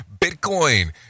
Bitcoin